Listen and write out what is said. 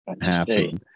happen